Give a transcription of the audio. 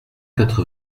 quatre